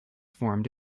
formed